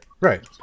right